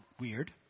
weird